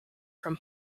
from